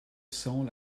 cents